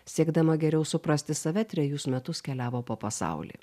siekdama geriau suprasti save trejus metus keliavo po pasaulį